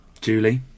Julie